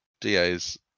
DA's